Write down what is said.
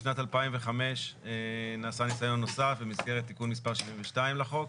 בשנת 2005 נעשה ניסיון נוסף במסגרת תיקון מס' 72 לחוק,